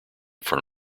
front